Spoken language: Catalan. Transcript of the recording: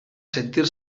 sentir